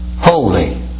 Holy